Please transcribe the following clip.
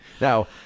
Now